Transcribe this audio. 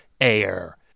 air